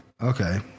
Okay